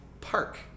park